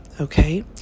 okay